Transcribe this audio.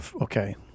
Okay